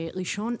ראשון,